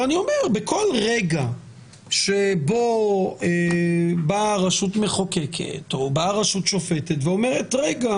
אני אומר שבכל רגע שבו באה רשות מחוקקת או באה רשות שופטת ואומרת: רגע,